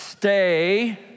Stay